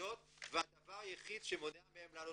המזוודות והדבר היחיד שמונע מהם להגיע